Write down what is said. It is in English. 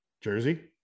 jersey